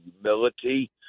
humility